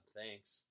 thanks